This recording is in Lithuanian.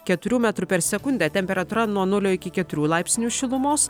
keturių metrų per sekundę temperatūra nuo nulio iki keturių laipsnių šilumos